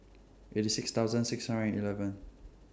eighty six thousand six hundred and eleven